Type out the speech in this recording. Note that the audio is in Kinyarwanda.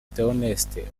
théoneste